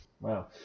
wow